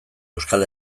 euskal